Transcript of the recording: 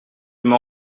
m’en